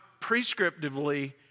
prescriptively